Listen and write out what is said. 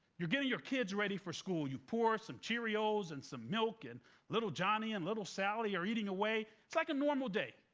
you're getting your kids ready for school, you pour some cheerios and some milk, and little johnny and little sally are eating away. it's like a normal day.